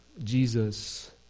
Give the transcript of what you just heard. Jesus